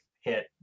hit